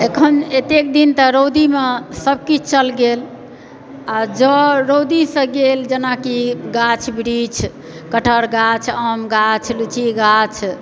अखन एतेक दिन तऽ रौदीमऽ सब किछु चल गेल आ जँ रौदीसे गेल जेनाकि गाछ वृक्ष कठहर गाछ आम गाछ लीची गाछ